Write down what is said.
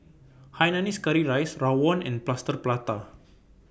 Hainanese Curry Rice Rawon and Plaster Prata